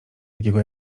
takiego